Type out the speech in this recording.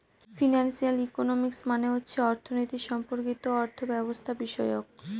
financial economics মানে হচ্ছে অর্থনীতি সম্পর্কিত অর্থব্যবস্থাবিষয়ক